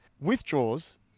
withdraws